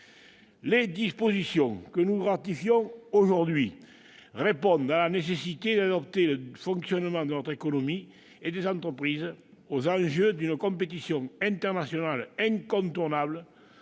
Les dispositions que nous ratifions aujourd'hui répondent à la nécessité d'adapter le fonctionnement de notre économie et des entreprises aux enjeux d'une compétition internationale incontournable